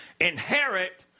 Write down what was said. inherit